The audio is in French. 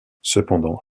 cependant